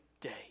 day